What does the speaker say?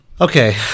Okay